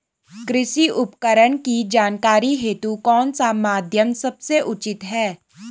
कृषि उपकरण की जानकारी हेतु कौन सा माध्यम सबसे उचित है?